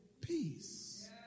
peace